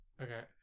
Okay